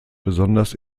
besonders